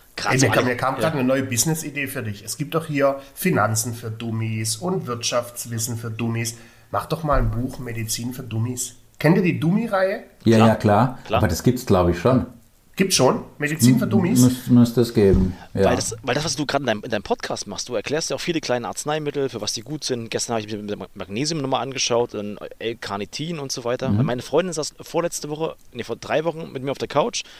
Krass. Hey, Also- mir kam- mir kam Ja. grad eine neue Business-Idee für dich. Es gibt doch hier Finanzen für Dummies und Wirtschaftswissen für Dummies. Mach doch mal ein Buch, Medizin für Dummies. Kennt ihr die Dummi-Reihe? Ja, Klar. ja, klar. Klar. Aber das gibt's, glaub ich, schon. Gibt's schon? Medizin M- für Dummies? muss- muss das geben. Ja. Weil das- weil das, was du grad in deinem- in deinem Podcast machst, du erklärst ja auch viele kleine Arzneimittel, für was die gut sind. Gestern habe ich mir die Magnesium-Nummer angeschaut, dann L-Carnitin und so weiter. Mhm. Weil meine Freundin saß vorletzte Woche- nee, vor drei Wochen mit mir auf der Couch.